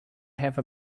have